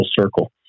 circle